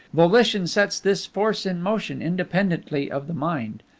volition sets this force in motion independently of the mind.